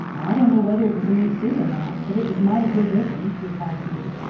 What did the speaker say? i don't know whether it was a new suit or not, but it was mighty good looking, replied peter.